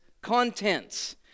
contents